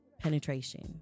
Penetration